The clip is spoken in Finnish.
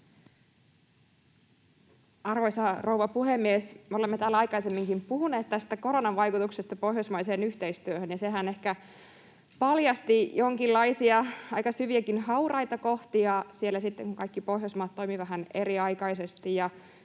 Arvoisa rouva puhemies! Me olemme täällä aikaisemminkin puhuneet koronan vaikutuksista pohjoismaiseen yhteistyöhön, ja sehän ehkä paljasti jonkinlaisia aika syviäkin hauraita kohtia: kaikki Pohjoismaat toimivat vähän eriaikaisesti